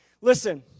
Listen